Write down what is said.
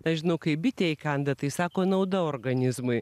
aš žinau kai bitė įkanda tai sako nauda organizmui